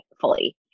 fully